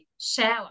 shower